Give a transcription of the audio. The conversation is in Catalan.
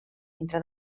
entre